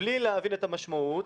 בלי להבין את המשמעות,